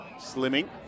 Slimming